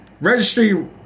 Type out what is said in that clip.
registry